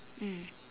mm